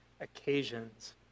occasions